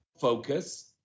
Focus